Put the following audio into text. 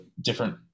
different